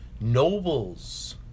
Nobles